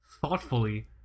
thoughtfully